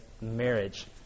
marriage